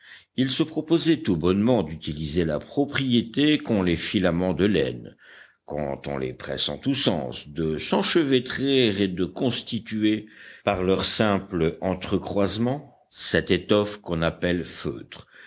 il se proposait tout bonnement d'utiliser la propriété qu'ont les filaments de laine quand on les presse en tous sens de s'enchevêtrer et de constituer par leur simple entrecroisement cette étoffe qu'on appelle feutre